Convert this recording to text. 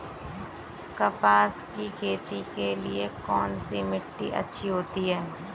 कपास की खेती के लिए कौन सी मिट्टी अच्छी होती है?